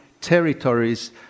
territories